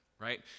right